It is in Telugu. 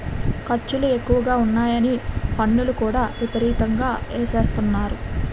ఖర్చులు ఎక్కువగా ఉన్నాయని పన్నులు కూడా విపరీతంగా ఎసేత్తన్నారు